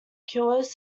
cures